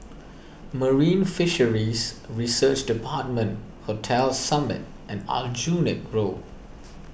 Marine Fisheries Research Department Hotel Summit and Aljunied Road